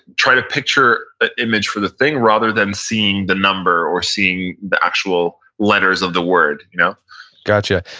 try to picture a image for the thing rather than seeing the number or seeing the actual letters of the word you know gotcha.